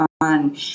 on